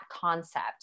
concept